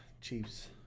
Chiefs